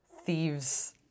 thieves